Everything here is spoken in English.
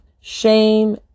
shame